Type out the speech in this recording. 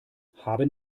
haben